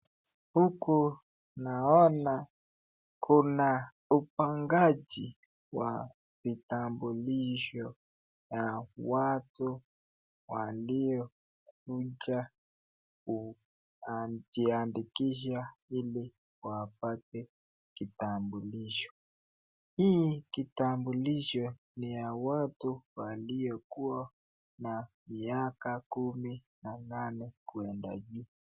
Huku naona Kuna upangaji wa vitambolisho ya watu waliokuja kujiandikisha ili wapate kitambulisho, hii kitambulisho ni ya watu waliokuwa na maiaka kumi na nane kuenda juu.